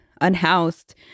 unhoused